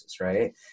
right